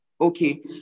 Okay